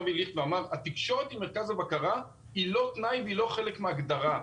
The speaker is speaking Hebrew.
ואמר שהתקשורת עם מרכז הבקרה היא לא תנאי והיא לא חלק מההגדרה.